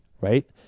right